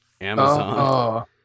amazon